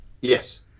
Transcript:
Yes